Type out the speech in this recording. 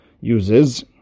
uses